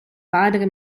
padre